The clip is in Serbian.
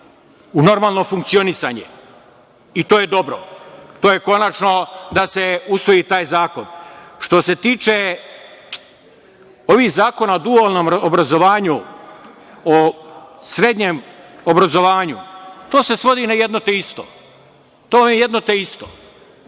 u normalno funkcionisanje i to je dobro. To je konačno da se usvoji taj zakon. Što se tiče ovih zakona o dualnom obrazovanju, o srednjem obrazovanju, to se svodi na jedno te isto. Ovde se